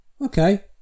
okay